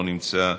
לא נמצא,